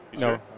No